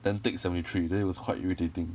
then take seventy three then it was quite irritating